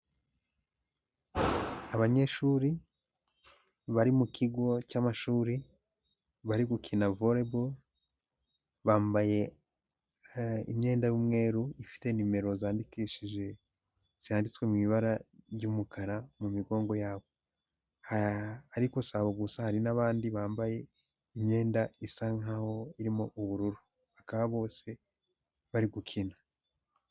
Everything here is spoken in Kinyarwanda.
Abanyeshuri bari mu kigo cy'amashuri, bari gukina volleyball, bambaye imyenda y'umweru ifite nimero zandikishije zanditswe mu ibara ry'umukara mu migongo yabo, ariko si aho gusa, hari n'abandi bambaye imyenda isa nkaho irimo ubururu, bakaba bose bari gukina.